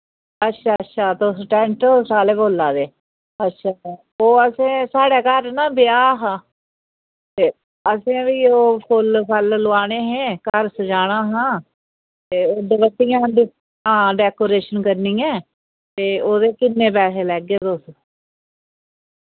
अच्छा अच्छा तुस टैंट हाउस आह्ले बोल्ला दे अच्छा ओह् असें साढ़े घर ना ब्याह् हा ते असें फ्ही ओह् फुल्ल फल्ल लोआने हे घर सजाना हा ते हां डैकोरेशन करनी ऐ ते ओह्दे किन्ने पैहे लैगे तुस